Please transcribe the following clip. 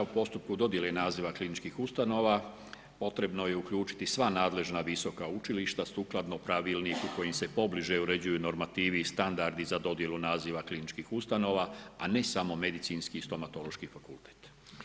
U postupku dodjele naziva kliničkih ustanova potrebno je uključiti sva nadležna visoka učilišta sukladno pravilniku kojim se pobliže uređuju normativi i standardi za dodjelu naziva kliničkih ustanova a ne samo medicinski i stomatološki fakultet.